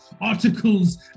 articles